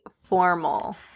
formal